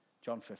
John